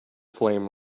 flame